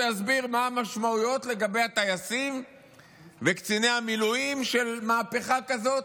שיסביר מה המשמעויות לגבי הטייסים וקציני המילואים של מהפכה כזאת,